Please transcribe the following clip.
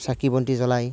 চাকি বন্তি জ্বলাই